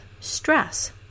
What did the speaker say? stress